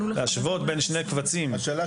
להשוות בין שני קבצים של אקסל --- השאלה